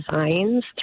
designs